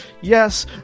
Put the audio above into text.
Yes